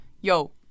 yo